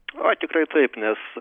ai tikrai taip nes